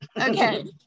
Okay